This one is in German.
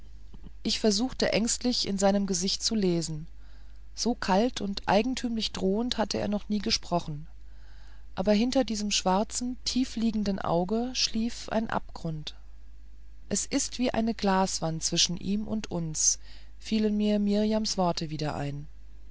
ich versuchte ängstlich in seinem gesicht zu lesen so kalt und eigentümlich drohend hatte er noch nie gesprochen aber hinter diesem schwarzen tiefliegenden auge schlief ein abgrund es ist wie eine glaswand zwischen ihm und uns fielen mir mirjams worte ein